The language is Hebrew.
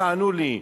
תענו לי",